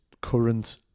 current